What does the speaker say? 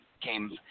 came